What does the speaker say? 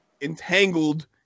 entangled